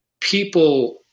people